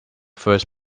first